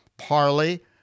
Parley